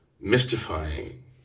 mystifying